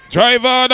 Driver